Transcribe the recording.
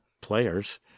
players